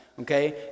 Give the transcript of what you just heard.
okay